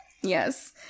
Yes